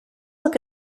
look